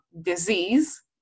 disease